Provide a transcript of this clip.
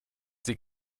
die